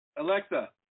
Alexa